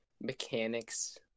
mechanics